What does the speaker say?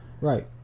Right